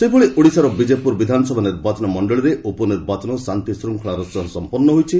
ସେହିଭଳି ଓଡ଼ିଶାର ବିଜେପୁର ବିଧାନସଭା ନିର୍ବାଚନ ମଣ୍ଡଳିରେ ଉପନିର୍ବାଚନ ଶାନ୍ତିଶୃଙ୍ଖଳାର ସହ ଶେଷ ହୋଇଛି